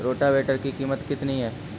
Rotavator की कीमत कितनी है?